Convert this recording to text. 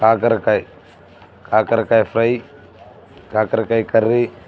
కాకరకాయ కాకరకాయ ఫ్రై కాకరకాయ కర్రీ